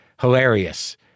hilarious